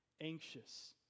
anxious